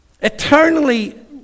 Eternally